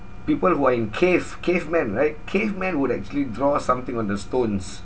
people who are in cave cavemen right cavemen would actually draw something on the stones